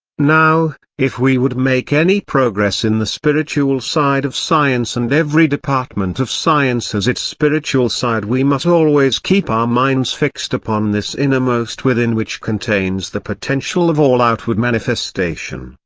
now, if we would make any progress in the spiritual side of science and every department of science has its spiritual side we must always keep our minds fixed upon this innermost within which contains the potential of all outward manifestation,